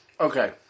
Okay